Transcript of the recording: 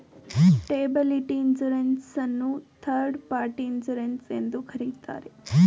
liability insurance ಅನ್ನು third party insurance ಎಂದು ಕರೆಯುತ್ತಾರೆ